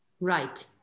Right